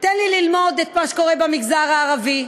תן לי ללמוד את מה שקורה במגזר הערבי,